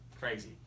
Crazy